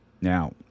Now